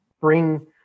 bring